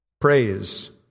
praise